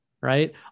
right